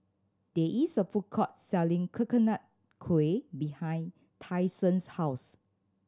there is a food court selling Coconut Kuih behind Tyson's house